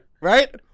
right